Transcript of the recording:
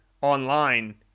online